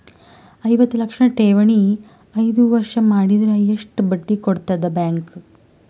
ಐವತ್ತು ಲಕ್ಷ ಠೇವಣಿ ಐದು ವರ್ಷ ಮಾಡಿದರ ಎಷ್ಟ ಬಡ್ಡಿ ಕೊಡತದ ಬ್ಯಾಂಕ್?